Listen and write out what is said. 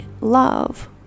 love